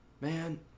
man